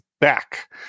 back